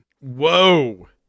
Whoa